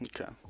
Okay